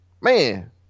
man